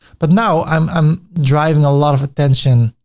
but now i'm i'm driving a lot of attention